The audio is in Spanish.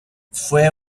fue